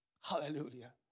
Hallelujah